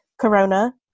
Corona